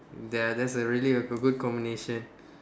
they're that's a really a good good combination